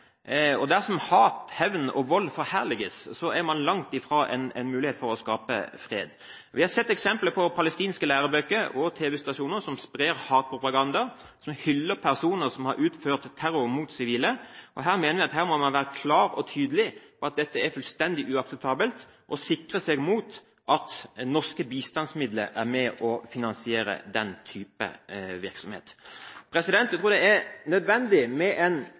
Dersom hat, hevn og vold forherliges, er man langt fra en mulighet til å skape fred. Vi har sett eksempler på at palestinske lærebøker og tv-stasjoner sprer hatpropaganda og hyller personer som har utført terror mot sivile. Her mener vi at man må være klar og tydelig på at dette er fullstendig uakseptabelt. Man må sikre seg mot at norske bistandsmidler er med på å finansiere den type virksomhet. Jeg tror det er nødvendig med en